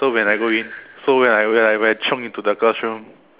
so when I go in so when I when I chiong into the girls room